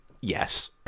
Yes